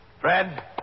Fred